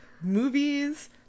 movies